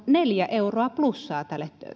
neljä euroa plussaa